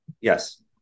Yes